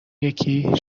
یکی